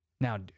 Now